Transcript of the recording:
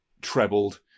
trebled